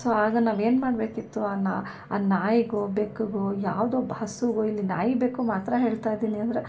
so ಆಗ ನಾವೇನು ಮಾಡಬೇಕಿತ್ತು ಆ ನಾ ಆ ನಾಯಿಗೂ ಬೆಕ್ಕಿಗೂ ಯಾವುದೋ ಹಸುವಿಗೂ ಇಲ್ಲಿ ನಾಯಿ ಬೆಕ್ಕು ಮಾತ್ರ ಹೇಳ್ತಾಯಿದೀನಿ ಅಂದರೆ